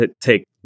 take